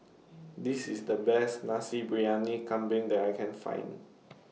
This IS The Best Nasi Briyani Kambing that I Can Find